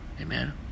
Amen